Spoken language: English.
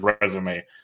resume